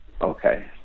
Okay